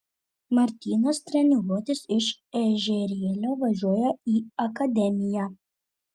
martynas treniruotis iš ežerėlio važiuoja į akademiją